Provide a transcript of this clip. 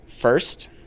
First